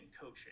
coaching